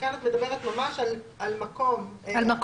וכאן את מדברת ממש על מקום, על אתר.